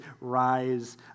rise